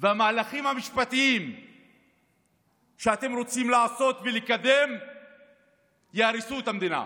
והמהלכים המשפטיים שאתם רוצים לעשות ולקדם יהרסו את המדינה,